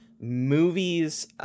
movies